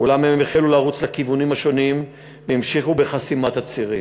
אולם הם החלו לרוץ לכיוונים שונים והמשיכו בחסימת הצירים.